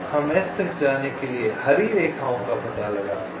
हम S तक जाने के लिए हरी रेखाओं का पता लगा सकते हैं